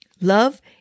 Love